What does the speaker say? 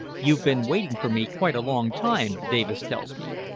you've been waiting for me quite a long time, davis tells me.